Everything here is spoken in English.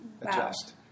adjust